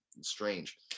strange